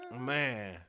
Man